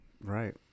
Right